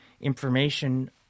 information